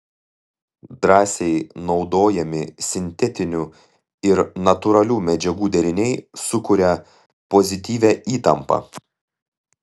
drąsiai naudojami sintetinių ir natūralių medžiagų deriniai sukuria pozityvią įtampą